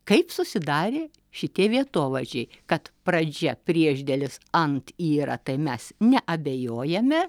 kaip susidarė šitie vietovardžiai kad pradžia priešdėlis ant yra tai mes neabejojame